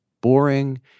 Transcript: boring